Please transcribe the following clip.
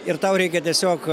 ir tau reikia tiesiog